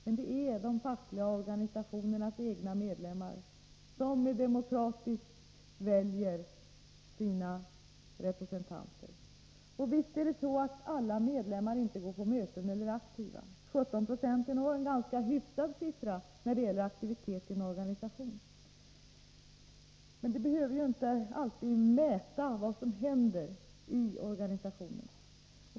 Men det är de fackliga organisationernas egna medlemmar som demokratiskt väljer sina representanter. Visst är det sant att inte alla medlemmar går på möten eller är aktiva. 17 96 är nog när det gäller aktiviteten i en organisation en ganska hyfsad siffra , men den behöver inte alltid vara ett mått på vad som händer i organisationen.